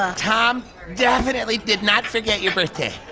ah tom definitely did not forget your birthday.